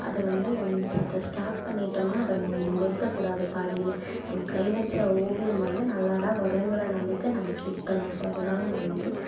அது வந்து ஒன்ஸ் அதை ஸ்டார்ட் பண்ணிவிட்டோம்னா அதை நிறுத்தக் கூடாது பாதியில் நம்ம கை வச்ச ஓவியம் வந்து நல்லா தான் வருங்கிற நம்பிக்கை நமக்கு இருக்கணும் ஸோ அதனால வந்து